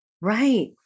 Right